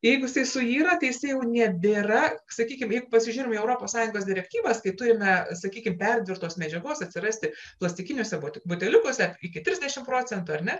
jeigu jisai suyra tai jisai jau nebėra sakykim jeigu pasižiūrim į europos sąjungos direktyvas kai turime sakykim perdirbtos medžiagos atsirasti plastikiniuose buteliukuose iki trisdešimt procentų ar ne